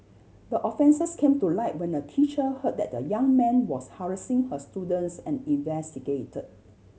the offences came to light when a teacher heard that a young man was harassing her students and investigated